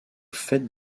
faîte